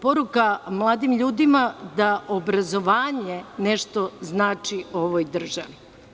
Poruka mladim ljudima da obrazovanje nešto znači ovoj državi.